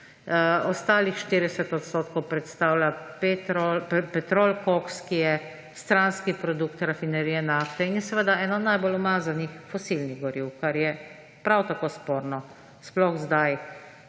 ostalih 40 % predstavlja petrolkoks, ki je stranski produkt rafinerije nafte in je eno najbolj umazanih fosilnih goriv, kar je prav tako sporno. Sploh zdaj,